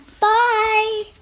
bye